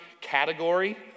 category